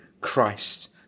Christ